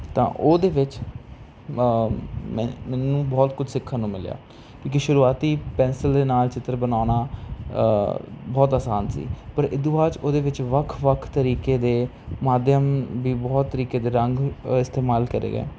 ਤਾਂ ਉਹਦੇ ਵਿੱਚ ਮੈਂ ਮੈਨੂੰ ਬਹੁਤ ਕੁਛ ਸਿੱਖਣ ਨੂੰ ਮਿਲਿਆ ਕਿਉਂਕਿ ਸ਼ੁਰੂਆਤੀ ਪੈਨਸਿਲ ਦੇ ਨਾਲ ਚਿੱਤਰ ਬਣਾਉਣਾ ਬਹੁਤ ਅਸਾਨ ਸੀ ਪਰ ਏਦੂ ਬਾਅਦ 'ਚ ਉਹਦੇ ਵਿੱਚ ਵੱਖ ਵੱਖ ਤਰੀਕੇ ਦੇ ਮਾਧਿਅਮ ਵੀ ਬਹੁਤ ਤਰੀਕੇ ਦੇ ਰੰਗ ਇਸਤੇਮਾਲ ਕਰੇ ਗਏ